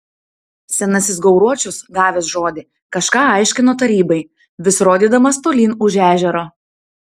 senasis gauruočius gavęs žodį kažką aiškino tarybai vis rodydamas tolyn už ežero